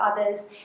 others